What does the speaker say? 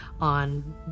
on